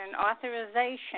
authorization